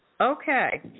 Okay